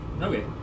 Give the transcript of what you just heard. Okay